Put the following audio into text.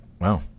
Wow